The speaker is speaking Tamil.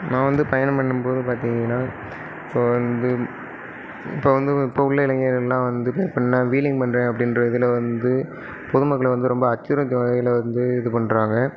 நான் வந்து பயணம் பண்ணும்போது பார்த்திங்கன்னா ஸோ வந்து இப்போ வந்து இப்போ உள்ள இளைஞர்கள்லாம் வந்துட்டு இப்போ நான் வீலிங் பண்றேன் அப்படின்ற இதில் வந்து பொதுமக்கள வந்து ரொம்ப அச்சுறுத்தும் வகையில் வந்து இது பண்றாங்க